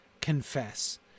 confess